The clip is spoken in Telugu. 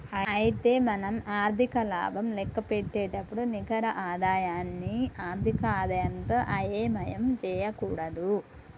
అయితే మనం ఆర్థిక లాభం లెక్కపెట్టేటప్పుడు నికర ఆదాయాన్ని ఆర్థిక ఆదాయంతో అయోమయం చేయకూడదు